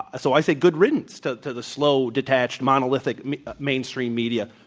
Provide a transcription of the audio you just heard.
ah so i say, good riddance to to the slow, detached, monolithic mainstream media,